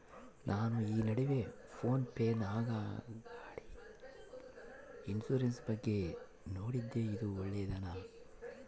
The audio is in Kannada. ನಾನು ಈ ನಡುವೆ ಫೋನ್ ಪೇ ನಾಗ ಗಾಡಿ ಇನ್ಸುರೆನ್ಸ್ ಬಗ್ಗೆ ನೋಡಿದ್ದೇ ಇದು ಒಳ್ಳೇದೇನಾ?